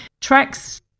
tracks